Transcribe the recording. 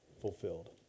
fulfilled